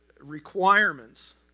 requirements